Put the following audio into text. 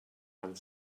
and